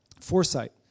Foresight